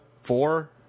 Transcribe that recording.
four